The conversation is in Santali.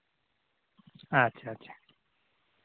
ᱟᱪᱪᱷᱟ ᱟᱪᱪᱷᱟ